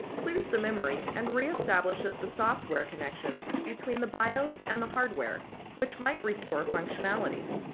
clears the memory and reestablishes the software connections between the bios and the hardware, which might restore functionality.